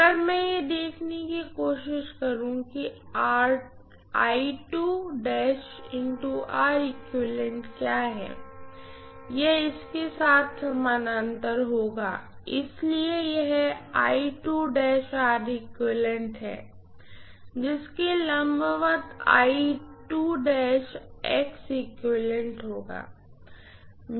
अब अगर मैं यह देखने की कोशिश करूं कि क्या है यह इसके साथ समानांतर होगा इसलिए यह है जिसके लंबवत होगा